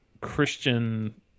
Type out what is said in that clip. Christian